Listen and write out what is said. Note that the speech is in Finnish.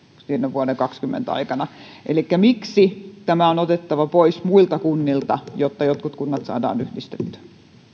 vuoden kaksituhattakaksikymmentä aikana miksi tämä on otettava pois muilta kunnilta jotta jotkut kunnat saadaan yhdistettyä